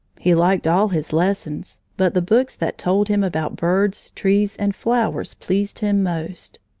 he liked all his lessons, but the books that told him about birds, trees, and flowers pleased him most.